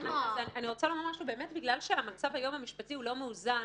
המצב המשפטי היום הוא לא מאוזן.